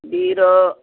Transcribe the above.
பீரோ